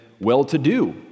well-to-do